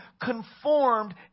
conformed